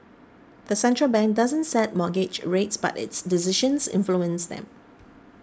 the central bank doesn't set mortgage rates but its decisions influence them